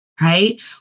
right